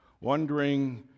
wondering